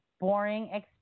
boring